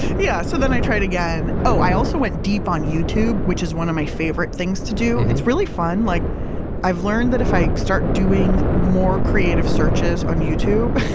yeah, so then i tried again, oh, i also went deep on youtube, which is one of my favorite things to do. it's really fun like i've learned that if i start doing more creative searches on youtube,